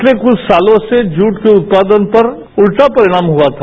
पिछले कुछ सालों से जूट के उत्पादन पर उल्टा परिणाम हुआ था